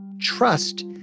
trust